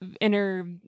inner